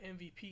MVP